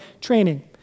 training